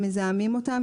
הם מזהמים אותם,